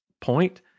point